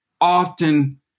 often